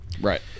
Right